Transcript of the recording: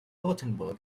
gothenburg